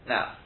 Now